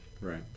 right